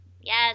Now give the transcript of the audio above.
Yes